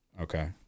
Okay